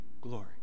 glory